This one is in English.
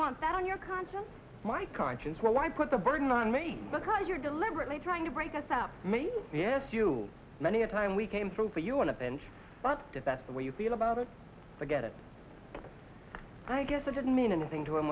want that on your conscience my conscience well i put the burden on me because you're deliberately trying to break us up many many a time we came through for you in a pinch but that's the way you feel about it forget it i guess it didn't mean anything to him